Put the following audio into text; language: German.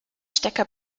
stecker